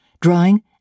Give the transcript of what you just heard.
drawing